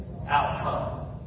outcome